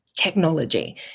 technology